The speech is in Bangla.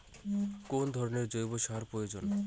কোন ধরণের জৈব সার প্রয়োজন?